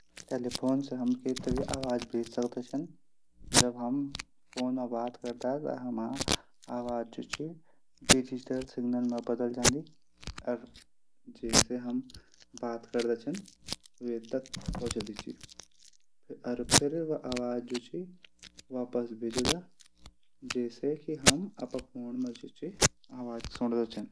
टेलीफोन से हम कैथे भी आवाज भेज सकदा छन। जब हम फोन पर बात करदा। तब आवाज डिजिटल सिग्नल मा बदल जांदी। अर जींसे हम बात करदा छन। आवाज वेथक पहुँचदी च। फिर व आवाज वापिस भिजद। फिर हम अपड फोन मा आवाज सुणद छा।